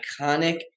iconic